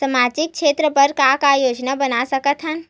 सामाजिक क्षेत्र बर का का योजना बना सकत हन?